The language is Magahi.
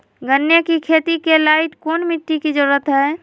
गन्ने की खेती के लाइट कौन मिट्टी की जरूरत है?